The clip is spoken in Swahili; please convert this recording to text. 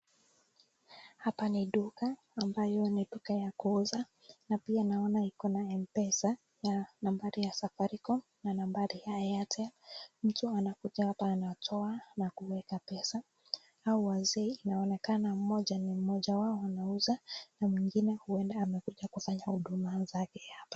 Hapa ni duka ambayo ni duka ya kuuza na pia naona iko na mpesa na nambari ya safaricom na nambari ya Airtel. Mtu anakuja hapa anatoa na kuweka pesa. Hawa wazee inaonekana mmoja wao anauza na mwingine huweza kuwa amekuja kufanya huduma zake hapa.